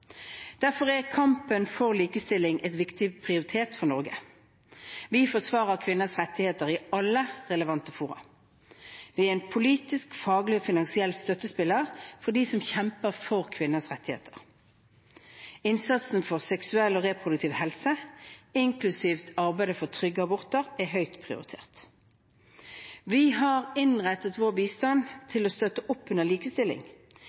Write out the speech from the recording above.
Derfor er kampen for likestilling en viktig prioritet for Norge. Vi forsvarer kvinners rettigheter i alle relevante fora. Vi er en politisk, faglig og finansiell støttespiller for dem som kjemper for kvinners rettigheter. Innsatsen for seksuell og reproduktiv helse, inklusiv arbeidet for trygge aborter, er høyt prioritert. Vi har innrettet vår bistand til å støtte opp under likestilling,